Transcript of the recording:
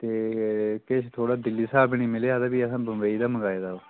ते किश थोह्ड़ा दिल्ली शा बी नी मिलेआ फ्ही ते असें बम्बई दा मांगए दा ओह्